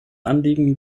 anliegen